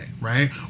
right